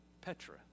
Petra